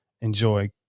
enjoy